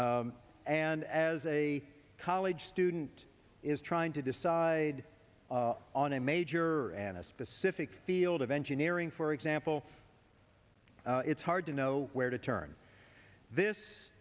and as a college student is trying to decide on a major and a specific field of engineering for example it's hard to know where to turn this